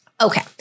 Okay